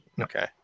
okay